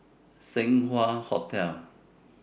Seng Wah Hotel